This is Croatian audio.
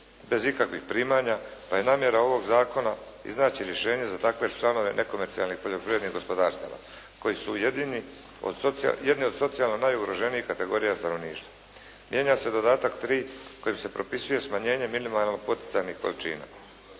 bez ikakvih primanja pa je namjera ovog zakona iznaći rješenje za takva članove nekomercionalnih poljoprivrednih gospodarstava koji su jedni od socijalno najugroženijih kategorija stanovništva. Mijenja se dodatak 3 kojim se propisuje smanjenje minimalnih poticajnih količina.